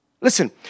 Listen